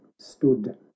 stood